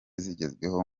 zigezweho